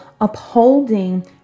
upholding